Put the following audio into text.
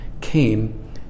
came